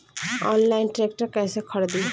Online tractor कैसे खरदी?